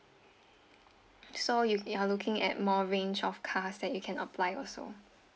so you you are looking at more range of cars that you can apply also